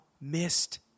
missed